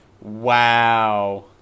Wow